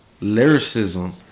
lyricism